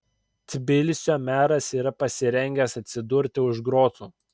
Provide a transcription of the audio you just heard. tbilisio meras yra pasirengęs atsidurti už grotų